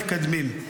זה למתקדמים.